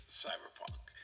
cyberpunk